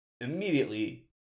immediately